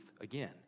again